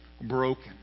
broken